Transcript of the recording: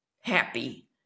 happy